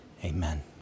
Amen